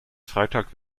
freitag